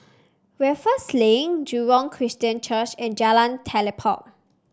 Raffles Link Jurong Christian Church and Jalan Telipok